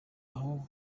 aho